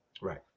Right